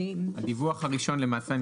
הדיווח הראשון למעשה,